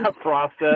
process